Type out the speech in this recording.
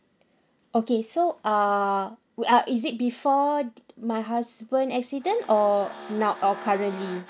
okay so err we are is it before did my husband accident or now uh currently